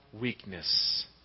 weakness